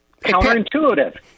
Counterintuitive